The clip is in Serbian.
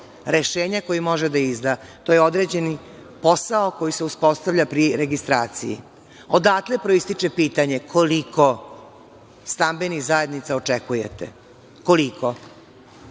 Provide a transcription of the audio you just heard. rešenja koji može da izda, to je određeni posao koji se uspostavlja pri registraciji. Odatle proističe pitanje – koliko stambenih zajednica očekujete? Koliko?